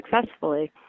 successfully